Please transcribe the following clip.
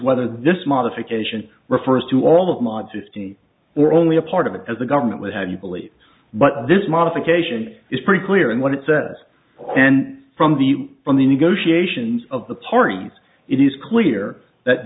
whether this modification refers to all of modesty or only a part of it as the government would have you believe but this modification is pretty clear in what it says and from the from the negotiations of the parties it is clear that